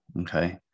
okay